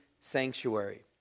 sanctuary